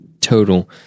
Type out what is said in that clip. total